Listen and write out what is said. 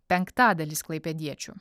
penktadalis klaipėdiečių